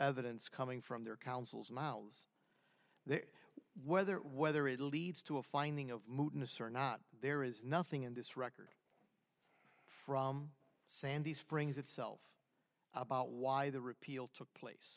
evidence coming from their counsel's miles there whether whether it leads to a finding of mood in a certain not there is nothing in this record from sandy springs itself about why the repeal took place